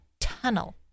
tunnel